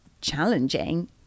challenging